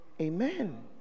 Amen